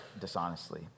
dishonestly